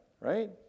right